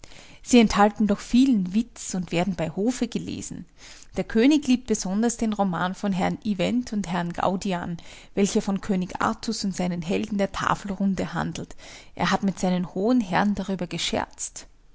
sie enthalten doch vielen witz und werden bei hofe gelesen der könig liebt besonders den roman von herrn ivent und herrn gaudian welcher von könig artus und seinen helden der tafelrunde handelt er hat mit seinen hohen herren darüber gescherzt